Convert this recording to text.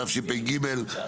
תשפ"ג-2022,